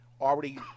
already